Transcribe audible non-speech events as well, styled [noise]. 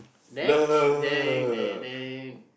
next [noise]